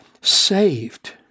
saved